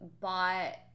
bought